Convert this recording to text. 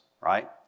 right